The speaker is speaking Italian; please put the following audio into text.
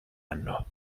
anno